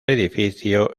edificio